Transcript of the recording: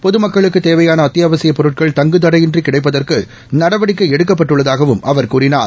பொதுமக்களுக்குத் தேவையானஅத்தியாவசியப் பொருட்கள் தங்குதடையின்றிகிடைப்பதற்குநடவடிக்கைஎடுக்கப்பட்டுள்ளதாகவும் அவர் கூறினார்